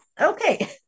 Okay